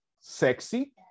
sexy